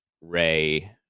Ray